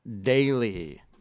daily